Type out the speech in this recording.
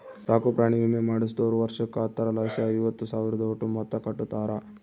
ಸಾಕುಪ್ರಾಣಿ ವಿಮೆ ಮಾಡಿಸ್ದೋರು ವರ್ಷುಕ್ಕ ಹತ್ತರಲಾಸಿ ಐವತ್ತು ಸಾವ್ರುದೋಟು ಮೊತ್ತ ಕಟ್ಟುತಾರ